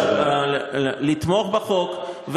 לתמוך בחוק.